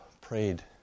prayed